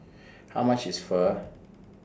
How much IS Pho